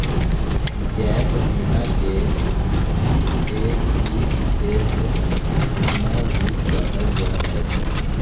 gap बीमा के GAPS बीमा भी कहल जा हय